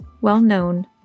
well-known